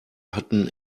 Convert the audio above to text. hatten